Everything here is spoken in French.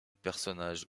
personnage